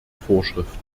vorschriften